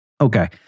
Okay